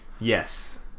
Yes